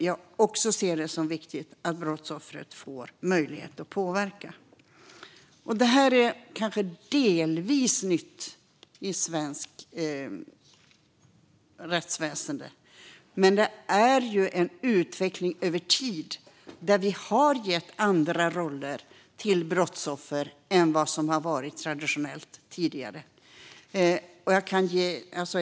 Här ser jag det också som viktigt att brottsoffret får möjlighet att påverka. Detta är kanske delvis nytt i svenskt rättsväsen. Men det har skett en utveckling över tid där vi har gett brottsoffer andra roller än vad som tidigare traditionellt varit fallet.